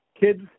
Kids